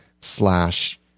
slash